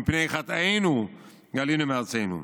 ומפני חטאינו גלינו מארצנו.